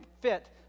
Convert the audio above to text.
fit